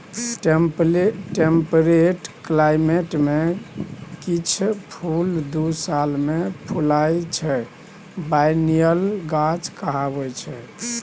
temperate climate मे किछ फुल दु साल मे फुलाइ छै बायनियल गाछ कहाबै छै